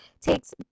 takes